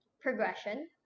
progression